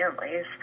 families